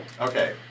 Okay